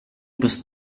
bist